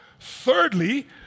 Thirdly